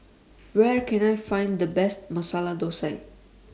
Where Can I Find The Best Masala Thosai